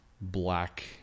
black